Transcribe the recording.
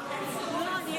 שרון ניר,